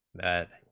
that